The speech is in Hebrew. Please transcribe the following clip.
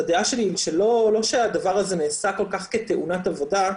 הדעה שלי היא שזה לא שהדבר הזה נעשה כל כך כתאונת עבודה,